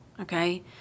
Okay